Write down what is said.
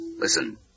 Listen